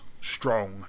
strong